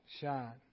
shine